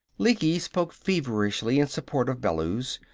lecky spoke feverishly in support of bellews.